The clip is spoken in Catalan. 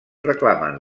reclamen